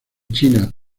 china